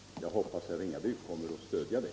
Jag hoppas att herr Ringaby kommer att stödja det.